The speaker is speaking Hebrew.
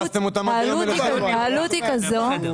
העלות היא כזו,